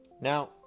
Now